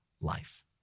life